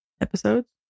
episodes